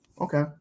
Okay